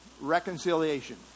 Reconciliation